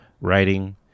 writing